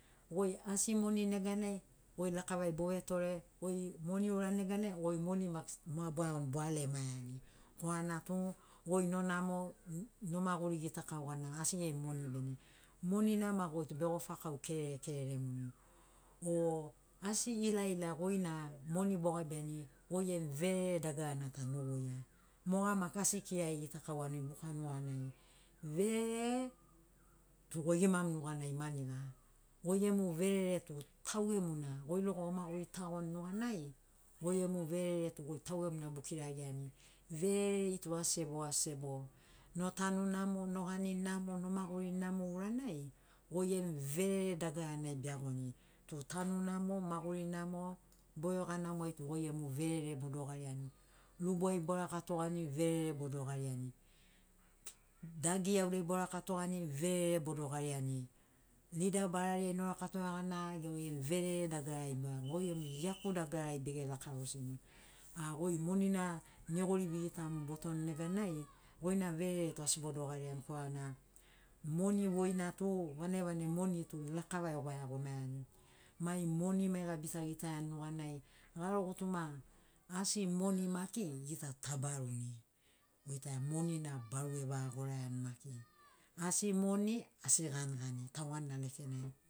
Goi asi moni neganai goi lakavai bovetore goi moni ourani neganai goi moni maki ma boeagoni boa lemaiani korana tu goi no namo no maguri gitakau gana asi gemu moni bene monina ma goitu begofa kau kererekereremuni o asi ilaila goina moni bogabiani goi gemu verere dagarana ta no voia moga maki asi ekirari gitakauani buka nuganai verere tu goi gimamu nuganai maniga goi gemu verere tu tau gemuna goi logo omaguri tagoni nuganai goi gemu verere tu goi tau gemuna bokiragiani verere tu asi sebo asi sebo notanu namo nogani namo nomaguri namo uranai goi gemu verere dagaranai beagoni tu tanu namo maguri namo boeioga namo tu goi gemu verere bodogariani lubu ai borakatogani verere bodogariani dagi iauriai borakatogani verere bodogariani lida barariai norakatoga gana goi gemu verere dagarariai beagoni goi gemu iaku dagarari bege rakarosini a goi moni na negori vegitamu botoni neganai goina verere tu asi bodogariani korana moni voina tu vanagivanagi moni tu lakava euwai iagomaeani mai moni maiga bita gitaiani nuganai garo gutuma asi moni maki gita ta baruni goitani moni na baru evagoraiani maki asi moni asi ganigani tauanira lekenai